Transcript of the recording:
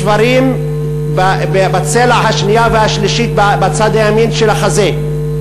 שברים בצלע השנייה והשלישית בצד הימני של החזה,